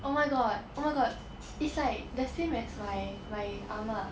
oh my god oh my god it's like the same as my my ah ma